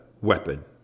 weapon